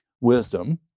wisdom